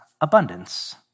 abundance